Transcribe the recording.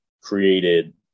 created